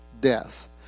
death